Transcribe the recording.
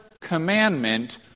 commandment